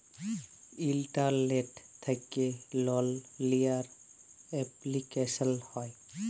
ইলটারলেট্ থ্যাকে লল লিয়ার এপলিকেশল হ্যয়